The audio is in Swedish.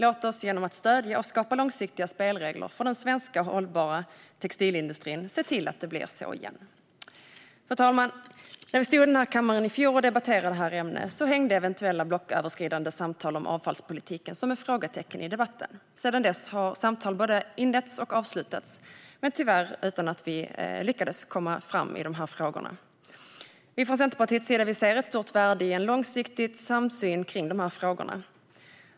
Låt oss genom att stödja och skapa långsiktiga spelregler för den svenska hållbara textilindustrin se till att det blir så igen. Fru talman! När vi stod i kammaren i fjol och debatterade ämnet hängde eventuella blocköverskridande samtal om avfallspolitiken som ett frågetecken i debatten. Sedan dess har samtal både inletts och avslutats, men tyvärr utan att vi har lyckats komma fram i frågorna. Vi i Centerpartiet ser ett stort värde i en långsiktig samsyn i frågorna.